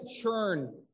churn